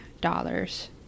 dollars